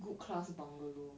good class bungalow